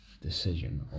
Decision